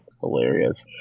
hilarious